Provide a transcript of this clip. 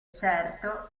certo